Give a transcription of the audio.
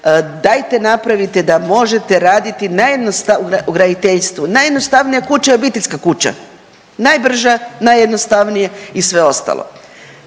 dajte napravite da možete raditi naj .../nerazumljivo/... u graditeljstvu, najjednostavnija kuća je obiteljska kuća. Najbrža, najjednostavnija i sve ostalo.